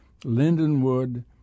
Lindenwood